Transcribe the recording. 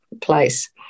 place